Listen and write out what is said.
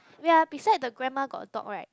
ya beside the grandma got a dog right